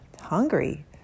hungry